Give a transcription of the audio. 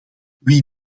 wie